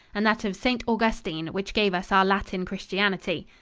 and that of st. augustine, which gave us our latin christianity.